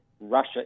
Russia